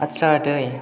आच्चा आदै